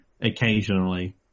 occasionally